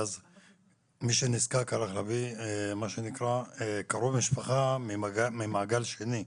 ומי שנזקק הלך להביא מה שנקרא קרוב משפחה ממעגל שני,